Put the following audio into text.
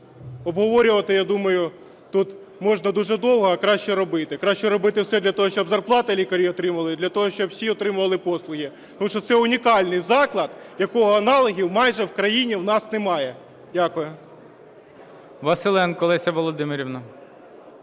Обговорювати, я думаю, тут можна дуже довго, а краще робити. Краще робити все для того, щоб зарплати лікарі отримували і для того, щоб всі отримували послуги. Тому що це унікальний заклад, якого аналогів майже в країні у нас немає. Дякую. ГОЛОВУЮЧИЙ. Василенко Леся Володимирівна.